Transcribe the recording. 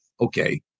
Okay